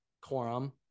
Quorum